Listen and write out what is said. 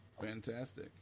Fantastic